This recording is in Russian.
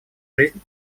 жизнь